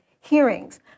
hearings